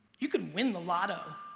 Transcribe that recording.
you could win the lotto.